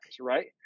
right